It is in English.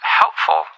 helpful